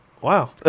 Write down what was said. wow